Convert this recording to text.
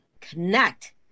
connect